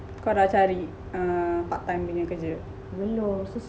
kau dah carik err part time punya kerja